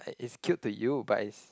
it is cute to you but is